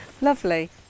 Lovely